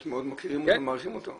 מאוד מוקירים אותו ומעריכים אותו.